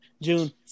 June